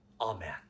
Amen